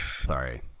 Sorry